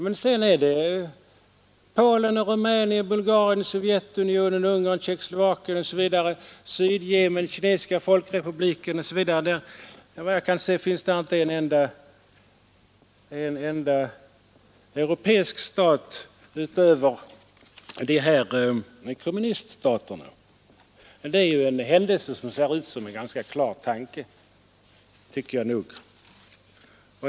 I övrigt är det Polen, Rumänien, Bulgarien, Sovjetunionen, Ungern, Tjeckoslovakien, Sydjemen, Kinesiska folkrepubliken osv. Efter vad jag kan se finns inte en enda europeisk stat utöver de kommunistiska. Det är en händelse som ser ut som en ganska klar tanke.